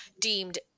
deemed